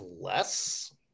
less